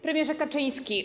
Premierze Kaczyński!